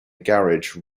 garage